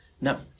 No